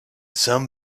some